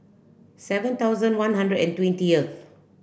seven thousand one hundred and twentieth